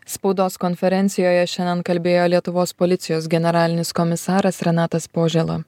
spaudos konferencijoje šiandien kalbėjo lietuvos policijos generalinis komisaras renatas požėla